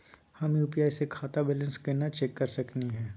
हम यू.पी.आई स खाता बैलेंस कना चेक कर सकनी हे?